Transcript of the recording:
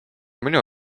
minu